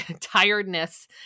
tiredness